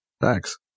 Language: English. Thanks